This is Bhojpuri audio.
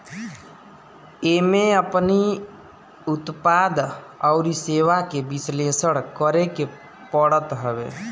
एमे अपनी उत्पाद अउरी सेवा के विश्लेषण करेके पड़त हवे